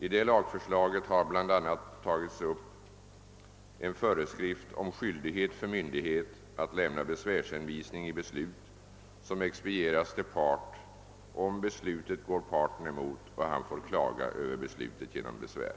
I detta lagförslag har bl.a. tagits upp en föreskrift om skyldighet för myndighet att lämna besvärshänvisning i beslut, som expedieras till part, om beslutet går parten emot och han får klaga över beslutet genom besvär.